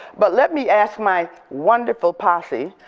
but let me ask my wonderful posse,